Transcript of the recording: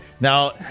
now